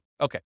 Okay